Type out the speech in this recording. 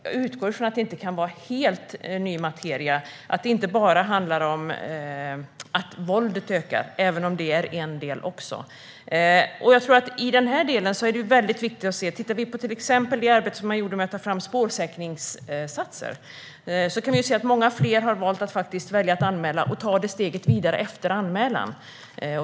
Jag utgår från att detta inte är helt ny materia och att det inte bara handlar om att våldet ökar, även om det också är en del. Om vi tittar på arbetet med att ta fram spårsäkringssatser ser vi att många fler har valt att anmäla och även tar steget vidare efter anmälan.